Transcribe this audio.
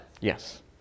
Yes